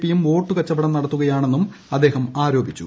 പിയും വോട്ടുകച്ചവടം നടത്തുകയാണെന്നും അദ്ദേഹം ആരോപിച്ചു